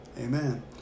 Amen